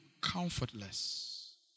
comfortless